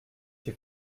fait